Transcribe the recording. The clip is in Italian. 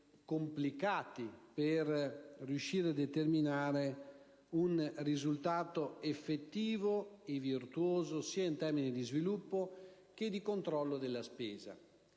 complicati per riuscire a determinare un risultato effettivo e virtuoso sia in termini di sviluppo che di controllo della spesa.